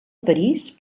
parís